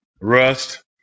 rust